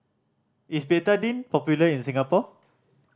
is Betadine popular in Singapore